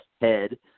head